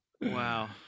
Wow